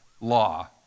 law